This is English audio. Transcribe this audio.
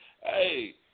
Hey